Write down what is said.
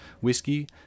whiskey